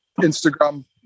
Instagram